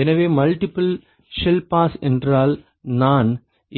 எனவே multiple shell pass என்றால் நான்